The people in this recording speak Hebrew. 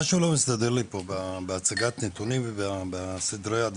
משהו לא מסתדר לי פה בהצגת הנתונים ובסדרי העדיפויות.